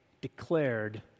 declared